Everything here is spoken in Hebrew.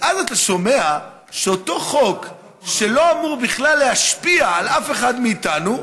ואז אתה שומע שאותו חוק שלא אמור בכלל להשפיע על אף אחד מאיתנו,